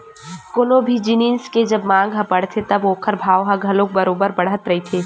कोनो भी जिनिस के जब मांग ह बड़थे तब ओखर भाव ह घलो बरोबर बड़त रहिथे